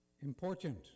important